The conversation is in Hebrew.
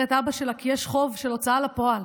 את אבא שלה כי יש חוב של הוצאה לפועל,